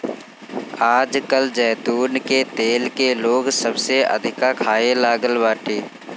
आजकल जैतून के तेल के लोग सबसे अधिका खाए लागल बाटे